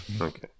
okay